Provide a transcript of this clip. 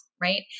right